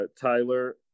Tyler